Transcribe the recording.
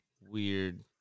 weird